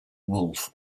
wolf